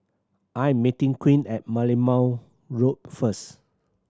I am meeting Queen at Merlimau Road first